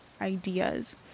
ideas